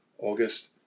August